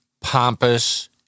pompous